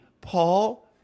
Paul